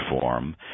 form